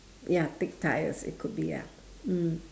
ya thick tyres it could be ya mm